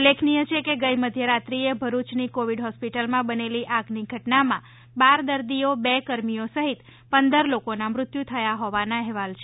ઉલ્લેખનીય છેકે ગઈ મધ્યરાત્રીએ ભરૂચની કોવિડ હોસ્પીટલમાં બનેલી આગની ધટનામાં બાર દર્દીઓ બે કર્મીઓ સહિત પંદર લોકોનાં મૃત્યુ થયાં હોવાનાં અહેવાલ છે